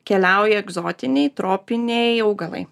keliauja egzotiniai tropiniai augalai